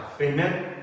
Amen